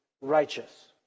righteous